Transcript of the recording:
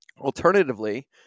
Alternatively